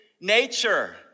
nature